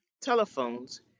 telephones